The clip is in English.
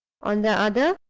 on the other,